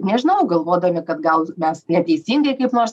nežinau galvodami kad gal mes neteisingai kaip nors